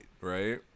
right